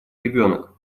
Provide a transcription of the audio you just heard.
ребенок